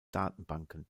datenbanken